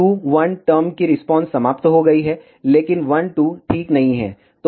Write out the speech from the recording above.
2 1 term की response समाप्त हो गई है लेकिन 1 2 ठीक नहीं है